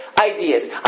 ideas